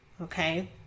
Okay